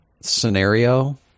scenario